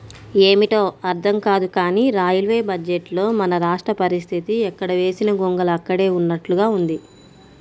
ఏమిటో అర్థం కాదు కానీ రైల్వే బడ్జెట్లో మన రాష్ట్ర పరిస్తితి ఎక్కడ వేసిన గొంగళి అక్కడే ఉన్నట్లుగా ఉంది